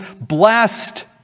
blessed